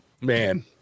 man